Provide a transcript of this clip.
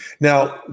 Now